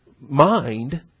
mind